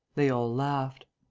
they all laughed.